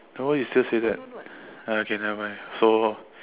then why you still say that okay nevermind so